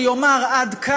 בית-משפט עליון שיאמר: עד כאן,